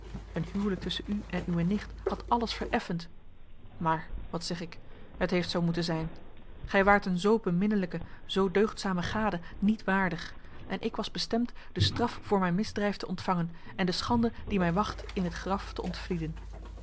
een huwelijk tusschen u en uwe nicht had alles vereffend maar wat zeg ik het heeft zoo moeten zijn gij waart een zoo beminnelijke zoo deugdzame gade niet waardig en ik was bestemd de straf voor mijn misdrijf te ontvangen en de schande die mij wacht in het graf te ontvlieden